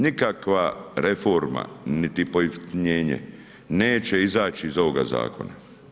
Nikakva reforma, niti pojeftinjenje, neće izaći iz ovoga zakona.